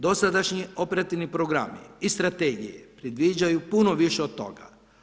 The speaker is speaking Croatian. Dosadašnji operativni programi i strategije predviđaju puno više od toga.